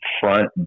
front